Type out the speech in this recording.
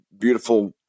beautiful